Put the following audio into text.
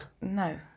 No